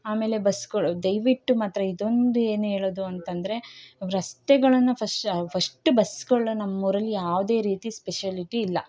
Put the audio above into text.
ಆಮೇಲೆ ಬಸ್ಗಳು ದಯವಿಟ್ಟು ಮಾತ್ರ ಇದೊಂದು ಏನು ಹೇಳೋದು ಅಂತಂದರೆ ರಸ್ತೆಗಳನ್ನು ಫಶ್ ಫಶ್ಟ್ ಬಸ್ಗಳು ನಮ್ಮ ಊರಲ್ಲಿ ಯಾವುದೇ ರೀತಿ ಸ್ಪೆಷಲಿಟಿ ಇಲ್ಲ